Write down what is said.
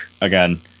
again